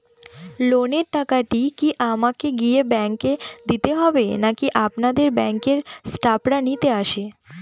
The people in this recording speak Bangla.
লোনের টাকাটি কি আমাকে গিয়ে ব্যাংক এ দিতে হবে নাকি আপনাদের ব্যাংক এর স্টাফরা নিতে আসে?